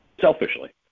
selfishly